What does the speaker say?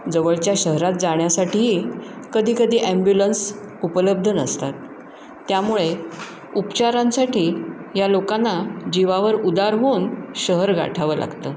जवळच्या शहरात जाण्यासाठीही कधी कधी ॲम्ब्युलन्स उपलब्ध नसतात त्यामुळे उपचारांसाठी या लोकांना जिवावर उदार होऊन शहर गाठावं लागतं